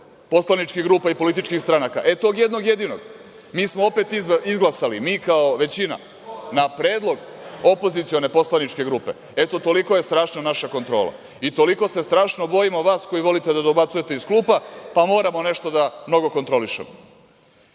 poslaničkih grupa i političkih stranaka. Tog jednog jedinog mi smo opet izglasali, mi kao većina, na predlog opozicione poslaničke grupe. Toliko je strašna naša kontrola i…(Nemanja Šarović dobacuje.)… toliko se strašno bojimo vas koji volite da dobacujete iz klupa, pa moramo nešto mnogo da kontrolišemo. Danas